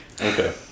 okay